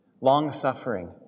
long-suffering